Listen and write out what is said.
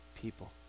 people